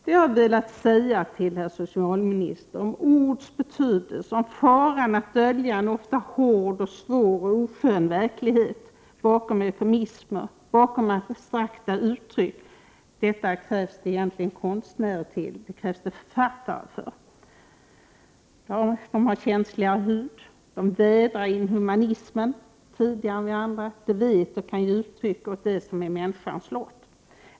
Det jag har velat säga till herr socialministern om ords betydelse, om faran att dölja en ofta hård, svår och oskön verklighet bakom eufemismer, bakom abstrakta uttryck är att det till detta egentligen krävs konstnärer, att det krävs författare. De har känsligare hud, och de vädrar inhumanism tidigare än vi andra. De vet och kan ge uttryck åt det som är människans lott.